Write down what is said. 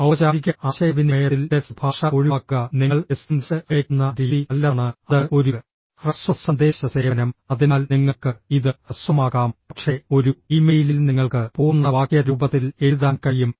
ഔപചാരിക ആശയവിനിമയത്തിൽ ടെക്സ്റ്റ് ഭാഷ ഒഴിവാക്കുക നിങ്ങൾ എസ്എംഎസ് അയയ്ക്കുന്ന രീതി നല്ലതാണ് അത് ഒരു ഹ്രസ്വ സന്ദേശ സേവനം അതിനാൽ നിങ്ങൾക്ക് ഇത് ഹ്രസ്വമാക്കാം പക്ഷേ ഒരു ഇമെയിലിൽ നിങ്ങൾക്ക് പൂർണ്ണ വാക്യ രൂപത്തിൽ എഴുതാൻ കഴിയും